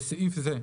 (בסעיף זה,